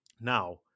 Now